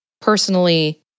personally